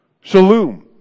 Shalom